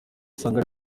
usanga